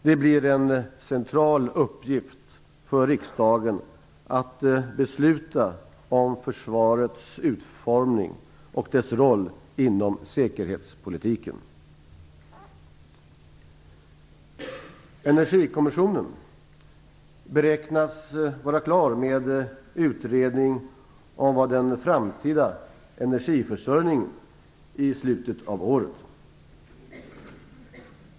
Det blir en central uppgift för riksdagen att besluta om försvarets utformning och dess roll inom säkerhetspolitiken. Energikommissionen beräknas vara klar med utredningen om den framtida energiförsörjningen i slutet av året.